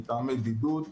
מטעמי בידוד,